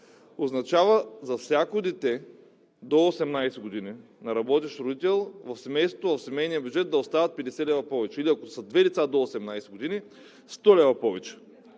означава за всяко дете до 18 години на работещ родител в семейството, в семейния бюджет да остават 50 лв. повече, или ако са две деца до 18 години – 100 лв. повече.